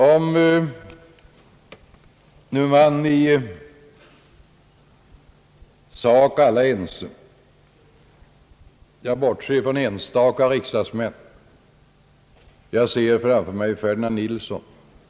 Alla är nu ense i sak, om jag bort ser från enstaka riksdagsmän, bland dem ser jag framför mig herr Ferdinand Nilsson.